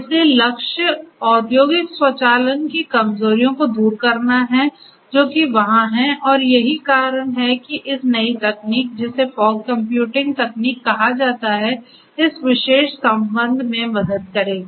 इसलिए लक्ष्य औद्योगिक स्वचालन की कमजोरियों को दूर करना है जो कि वहां है और यही कारण है कि इस नई तकनीक जिसे फॉग कंप्यूटिंग तकनीक कहा जाता है इस विशेष संबंध में मदद करेगी